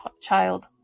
child